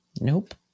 Nope